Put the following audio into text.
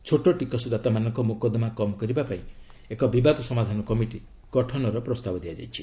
ଛୋଟ ଟିକସଦାତାମାନଙ୍କ ମୋକଦ୍ଦମା କମ୍ କରିବାପାଇଁ ଏକ ବିବାଦ ସମାଧାନ କମିଟି ଗଠନର ପ୍ରସ୍ତାବ ଦିଆଯାଇଛି